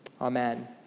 Amen